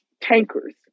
Tankers